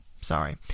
Sorry